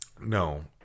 no